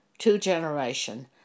two-generation